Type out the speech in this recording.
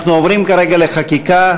אנחנו עוברים כרגע לחקיקה,